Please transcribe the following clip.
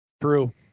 True